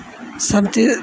समझ